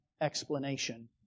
explanation